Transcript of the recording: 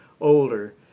older